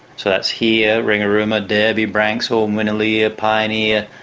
so that's here ringarooma, derby, branxholme, winnaleah, pioneer,